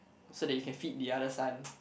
so that you can fit the other son